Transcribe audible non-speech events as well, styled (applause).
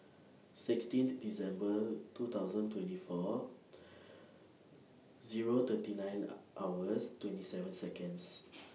sixteenth December two thousand twenty four (noise) Zero thirty nine (hesitation) hours twenty seven Seconds (noise)